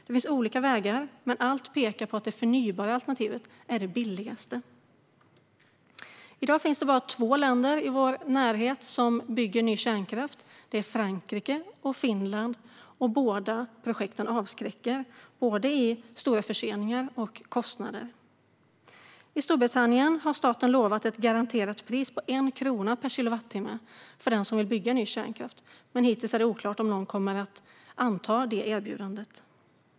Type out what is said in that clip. Det finns olika vägar, men allt pekar på att det förnybara alternativet är det billigaste. I dag finns det bara två länder i vår närhet som bygger ny kärnkraft - Frankrike och Finland - och båda projekten avskräcker med stora förseningar och kostnader. I Storbritannien har staten lovat ett garanterat pris på 1 krona per kilowattimme för den som vill bygga ny kärnkraft, men hittills är det oklart om någon kommer att anta detta erbjudande.